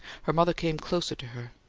her mother came closer to her.